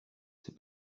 n’est